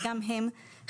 וגם הם חלקיים,